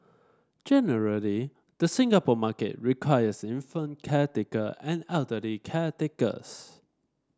generally the Singapore market requires infant caretaker and elderly caretakers